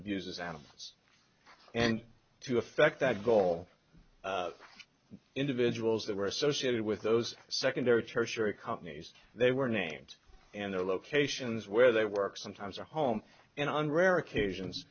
abuses animals and to effect that goal individuals that were associated with those secondary tertiary companies they were named and their locations where they work sometimes a home and on rare occasions